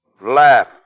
laugh